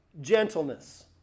gentleness